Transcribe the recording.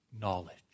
knowledge